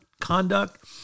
conduct